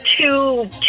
two